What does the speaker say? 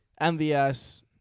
MVS